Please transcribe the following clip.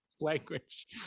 language